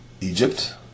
Egypt